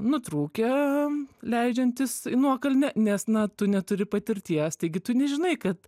nutrūkę leidžiantis nuokalne nes na tu neturi patirties taigi tu nežinai kad